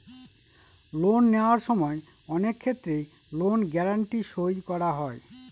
loan নেওয়ার সময় অনেক ক্ষেত্রে লোন গ্যারান্টি সই করা হয়